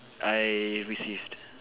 I received